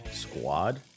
squad